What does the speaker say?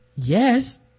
Yes